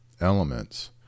elements